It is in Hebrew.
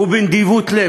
ובנדיבות לב